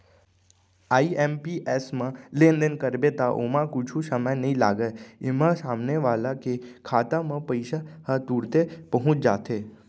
IMPS म लेनदेन करबे त ओमा कुछु समय नइ लागय, एमा सामने वाला के खाता म पइसा ह तुरते पहुंच जाथे